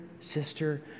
sister